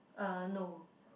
uh no